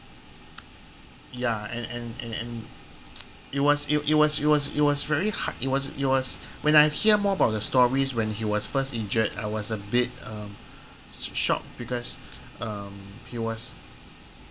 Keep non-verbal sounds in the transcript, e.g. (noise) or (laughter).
(noise) ya and and and and (noise) it was it was it was it was very hard it was it was when I hear more about the stories when he was first injured I was a bit uh s~ shocked because um he was